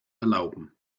erlauben